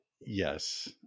yes